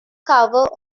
cover